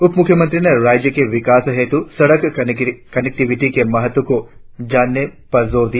उप मुख्यमंत्री ने राज्य के विकास हेतु सड़क कनेक्टिविटी के महत्व को जानने पर जोर दिया